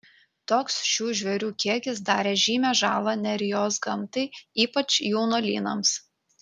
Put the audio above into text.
toks šių žvėrių kiekis darė žymią žalą nerijos gamtai ypač jaunuolynams